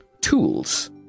tools